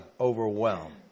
overwhelmed